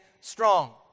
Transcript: strong